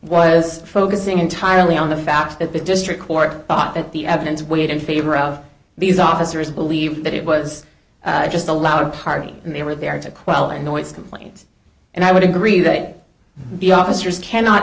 was focusing entirely on the fact that the district court thought that the evidence weighed in favor of these officers believe that it was just a loud party and they were there to quell a noise complaint and i would agree that the officers cannot